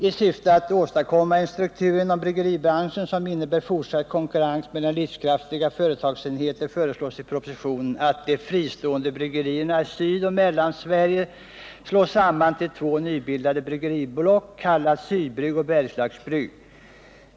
I syfte att åstadkomma en struktur inom bryggeribranschen som innebär fortsatt konkurrenskraft mellan livskraftiga företagsenheter föreslås i propositionen att de fristående bryggerierna i Sydoch Mellansverige slås samman till två nybildade bryggbolag, kallade Sydbrygg och Bergslagsbrygg.